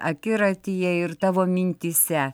akiratyje ir tavo mintyse